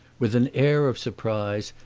with an air of surprise,